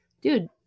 dude